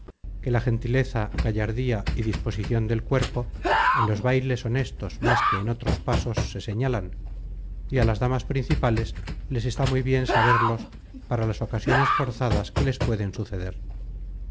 que la gentileza gallardía y disposicion del cuerpo en los bailes honestos más que en otros pasos se señalan y á las damas principales les está muy bien saberlos para las ocasiones forzosas que les pueden suceder